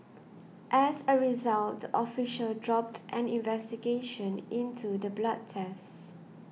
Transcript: as a result the official dropped an investigation into the blood test